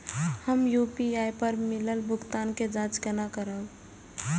हम यू.पी.आई पर मिलल भुगतान के जाँच केना करब?